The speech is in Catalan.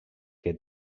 que